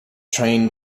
train